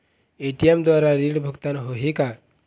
ATM द्वारा ऋण भुगतान होही का?